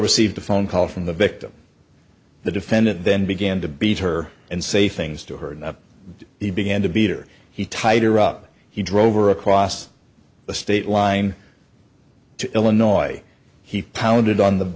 received a phone call from the victim the defendant then began to beat her and say things to her and he began to beat or he tied her up he drove across the state line to illinois he pounded on the